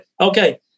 Okay